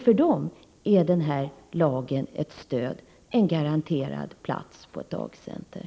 För dem är den här lagen ett stöd — en garanterad plats på ett dagcenter.